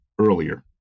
earlier